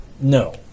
No